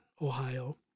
Ohio